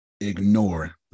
ignore